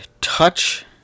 touch